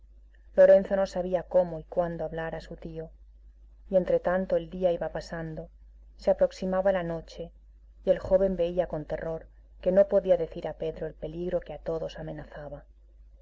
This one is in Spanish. lorenzo no sabía cómo y cuándo hablar a su tío y entre tanto el día iba pasando se aproximaba la noche y el joven veía con terror que no podía decir a pedro el peligro que a todos amenazaba